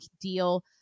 deal